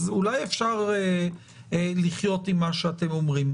אז אולי אפשר לחיות עם מה שאתם אומרים.